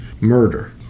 murder